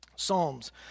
Psalms